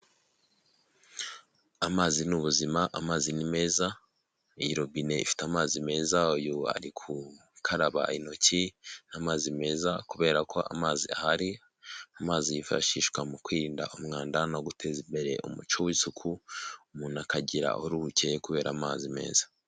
Amazi ni ubuzima, amazi ni meza, iyi robine ifite amazi meza, uyu ari gukaraba intoki n'amazi meza kubera ko amazi ahari, amazi yifashishwa mu kwirinda umwanda no guteza imbere umuco w'isuku, umuntu akagira uruhu rukeye kubera amazi meza.